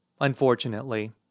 Unfortunately